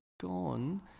gone